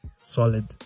solid